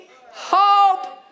hope